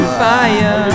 fire